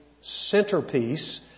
centerpiece